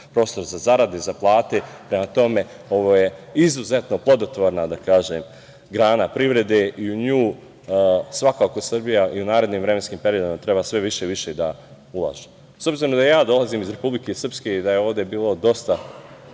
prostor za zarade, za plate. Prema tome ovo je izuzetno plodotvorna grana privrede i u nju Srbija i u narednom vremenskom periodu treba sve više i više da ulaže.S obzirom da ja dolazim u Republike Srpske i da je ovde bilo dosta